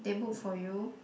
they book for you